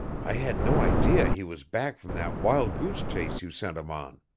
i had no idea he was back from that wild-goose chase you sent him on.